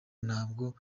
ntabwo